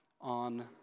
on